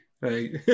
right